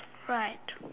right